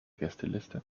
gästeliste